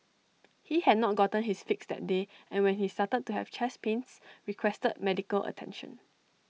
he had not gotten his fix that day and when he started to have chest pains requested medical attention